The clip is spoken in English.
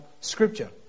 scripture